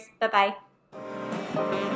Bye-bye